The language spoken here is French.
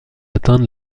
atteindre